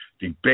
debate